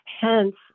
Hence